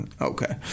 okay